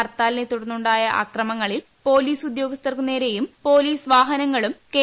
ഹർത്താലിലെത്തുടർന്നുായ അക്രമങ്ങളിൽ പൊലീസ് ഉദ്യോഗ സ്ഥർക്കുനേരെയും പോലീസ് വാഹനങ്ങളും കെ